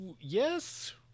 yes